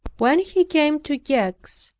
when he came to gex,